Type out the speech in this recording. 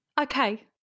Okay